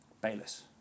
Bayless